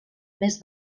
més